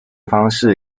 方式